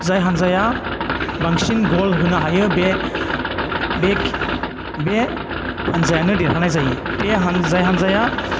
जाय हान्जाया बांसिन गल होनो हायो बे बे बे हान्जायानो देरहानाय जायो बे हान्जा जाय हान्जाया